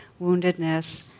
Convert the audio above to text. woundedness